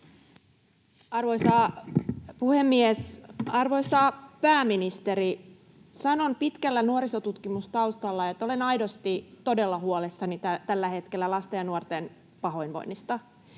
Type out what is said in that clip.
Arvoisa puhemies! Arvoisa pääministeri, sanon pitkällä nuorisotutkimustaustalla, että olen aidosti todella huolissani tällä hetkellä lasten ja nuorten pahoinvoinnista.